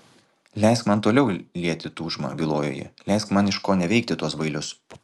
leisk man toliau lieti tūžmą bylojo ji leisk man iškoneveikti tuos bailius